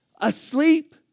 asleep